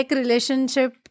relationship